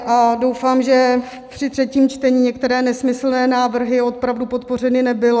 A doufám, že při třetím čtení některé nesmyslné návrhy opravdu podpořeny nebudou.